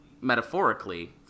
metaphorically